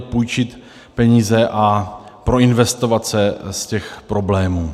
půjčit peníze a proinvestovat se z těch problémů.